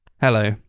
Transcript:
Hello